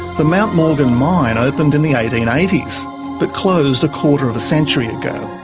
the mount morgan mine opened in the eighteen eighty but closed a quarter of a century ago.